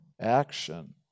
action